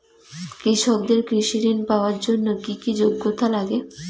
কৃষকদের কৃষি ঋণ পাওয়ার জন্য কী কী যোগ্যতা লাগে?